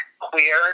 queer